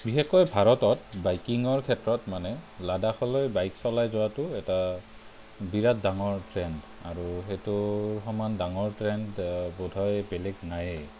বিশেষকৈ ভাৰতত বাইকিঙৰ ক্ষেত্ৰত মানে লাডাখলৈ বাইক চলাই যোৱাটো এটা বিৰাট ডাঙৰ ট্ৰেণ্ড আ সেইটোৰ সমান ট্ৰেণ্ড বোধহয় বেলেগ নাইয়েই